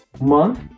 month